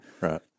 Right